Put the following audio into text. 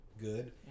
good